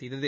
செய்தது